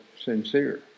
sincere